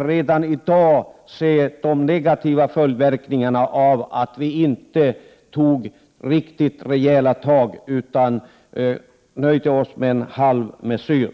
Redan i dag kan vi se de negativa följderna av att vi inte tog riktigt rejäla tag utan nöjde oss med en halvmesyr.